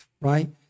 right